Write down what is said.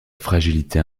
fragilité